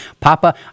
Papa